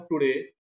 today